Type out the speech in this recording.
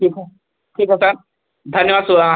ठीक है ठीक है सर धन्यवाद सुवा